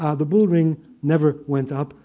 ah the bullring never went up.